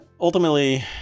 ultimately